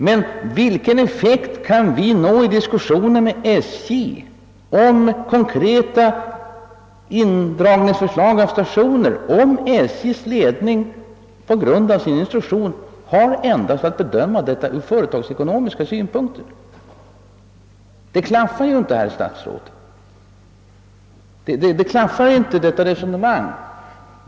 Men vilken effekt kan vi nå i en diskussion med SJ beträffande konkreta förslag till indragning av stationer, om SJ:s ledning på grund av sin instruktion endast har att bedöma detta ur företagsekonomiska synpunkter? Detta resonemang klaffar inte, herr statsråd!